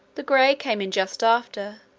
the gray came in just after,